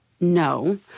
no